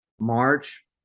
March